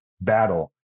battle